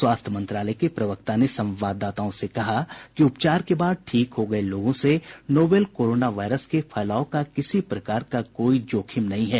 स्वास्थ्य मंत्रालय के प्रवक्ता ने संवाददाताओं से कहा कि उपचार के बाद ठीक हो गए लोगों से नोवल कोरोना वायरस के फैलाव का किसी प्रकार का कोई जोखिम नहीं है